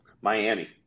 Miami